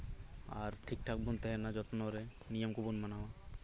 ᱟᱨ ᱴᱷᱤᱠ ᱴᱷᱟᱠ ᱵᱚᱱ ᱛᱟᱸᱦᱮᱱᱟ ᱡᱚᱛᱱᱚ ᱨᱮ ᱱᱤᱭᱚᱢ ᱠᱚᱵᱚᱱ ᱢᱟᱱᱟᱣᱟ